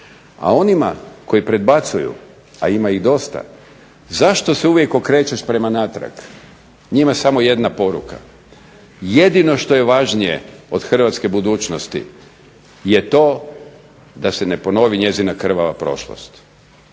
A onima koji predbacuju, a ima ih dosta, zašto se uvijek okrećeš prema natrag. Njima samo jedna poruka. Jedino što je važnije od hrvatske budućnosti je to da se ne ponovi njezina krvava prošlost.